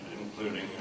including